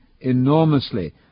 enormously